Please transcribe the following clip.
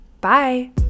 Bye